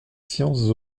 sciences